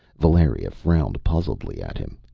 valeria frowned puzzledly at him.